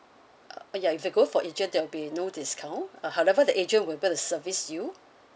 uh ya if you go for agent there will be no discount uh however the agent will be able to service you